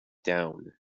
down